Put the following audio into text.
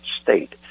state